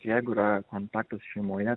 jeigu yra kontaktas šeimoje